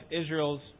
Israel's